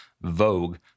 Vogue